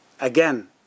Again